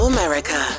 America